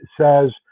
says